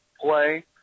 play